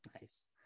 Nice